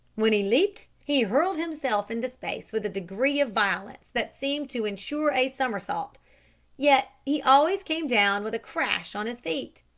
when he leaped, he hurled himself into space with a degree of violence that seemed to insure a somersault yet he always came down with a crash on his feet.